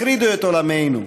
החרידו את עולמנו.